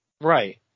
Right